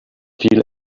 feel